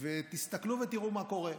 תסתכלו ותראו מה קורה.